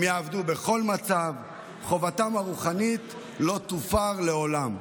הם יעבדו בכל מצב, וחובתם הרוחנית לא תופר לעולם.